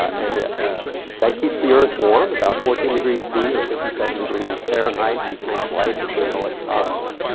and yeah ah that keeps the earth warm. about fourteen degrees c or fifty seven degrees fahrenheit, which makes life as we know it, possible.